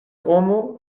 homo